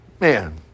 Man